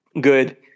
good